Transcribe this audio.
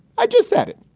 i just said it.